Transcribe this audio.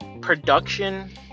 Production